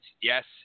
yes